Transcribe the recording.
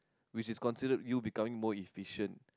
which is considered you becoming more efficient